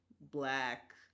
black